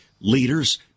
leaders